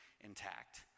intact